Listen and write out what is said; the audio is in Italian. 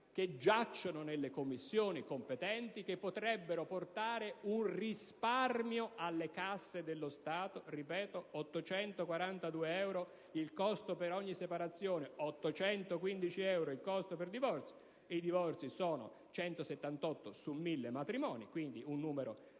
che giacciono nelle Commissioni competenti che potrebbero portare un risparmio notevole alle casse dello Stato. Ripeto: 842 euro è il costo per ogni separazione e 815 il costo per ogni divorzio. I divorzi sono 178 ogni 1.000 matrimoni (un numero